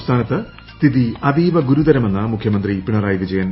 സംസ്ഥാനത്ത് സ്ഥിതി അതീവ ഗ്ഗൂരൂതരമെന്ന് മുഖ്യമന്ത്രി പിണറായി വിജയൻ